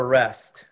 rest